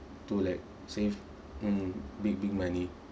to like save mm big big money